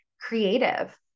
creative